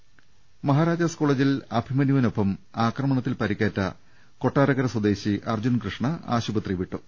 എറണാകുളം മഹാരാജാസ് കോളജിൽ അഭിമന്യു വിനൊപ്പം ആക്രമണത്തിൽ പരിക്കേറ്റ കൊട്ടാരക്കര സ്വദേശി അർജ്ജുൻ കൃഷ്ണ ആശുപത്രി വിട്ടു